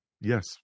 Yes